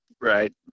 Right